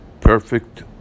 Perfect